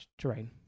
terrain